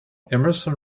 emerson